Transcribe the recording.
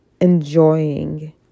enjoying